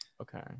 Okay